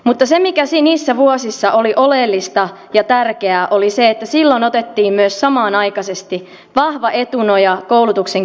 mutta se mikä niissä vuosissa oli oleellista ja tärkeää oli se että silloin otettiin myös samanaikaisesti vahva etunoja koulutuksen kehittämiseen